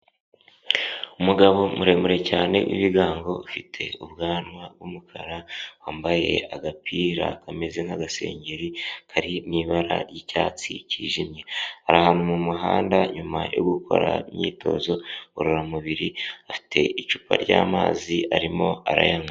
Umugabo muremure cyane w'ibigango ufite ubwanwa bw'umukara, wambaye agapira kameze nk'agasengeri kari mu ibara ry'icyatsi cyijimye. Ari ahantu mu muhanda nyuma yo gukora imyitozo ngororamubiri, afite icupa ry'amazi arimo arayanywa.